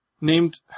named